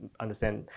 understand